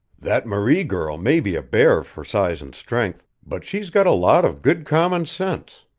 that marie girl may be a bear for size and strength, but she's got a lot of good common sense.